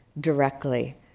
directly